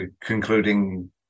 concluding